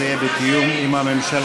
זה יהיה בתיאום עם הממשלה.